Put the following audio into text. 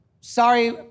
sorry